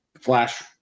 flash